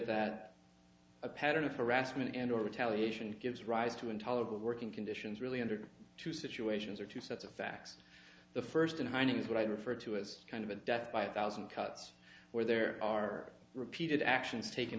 that a pattern of harassment and or retaliation gives rise to intolerable working conditions really under two situations are two sets of facts the first and finding is what i refer to as kind of a death by a thousand cuts where there are repeated actions taken